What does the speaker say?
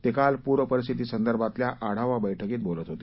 ते काल पूर परिस्थितीसंदर्भातल्या आढावा बैठकीत बोलत होते